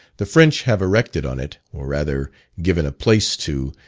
the french have erected on it, or rather given a place to,